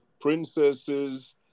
Princesses